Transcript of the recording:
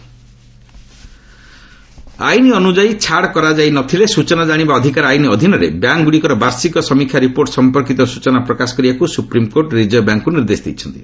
SC RBI ଆଇନ ଅନୁଯାୟୀ ଛାଡ଼ କରାଯାଇ ନ ଥିଲେ ସ୍ନଚନା ଜାଣିବା ଅଧିକାର ଆଇନ ଅଧୀନରେ ବ୍ୟାଙ୍କ୍ଗୁଡ଼ିକର ବାର୍ଷିକ ସମୀକ୍ଷା ରିପୋର୍ଟ ସମ୍ପର୍କିତ ସୂଚନା ପ୍ରକାଶ କରିବାକୁ ସୁପ୍ରିମ୍କୋର୍ଟ ରିଜର୍ଭ ବ୍ୟାଙ୍କ୍କୁ ନିର୍ଦ୍ଦେଶ ଦେଇଛନ୍ତି